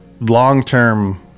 long-term